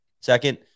Second